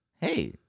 hey